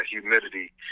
humidity